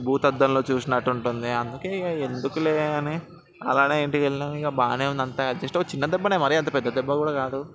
భూతద్దంలో చూసినట్టు ఉంటుంది అందుకే ఇక ఎందుకు అని అలాగే ఇంటికి వెళ్ళాం ఇక బాగానే ఉంది అంతా ఎడ్జెస్ట్ అయ్యి చిన్న దెబ్బనే మరీ అంత పెద్దదెబ్బ కూడా కాదు